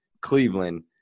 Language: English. Cleveland